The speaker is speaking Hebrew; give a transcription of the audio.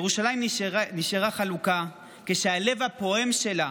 ירושלים נשארה מחולקת כשהלב הפועם שלה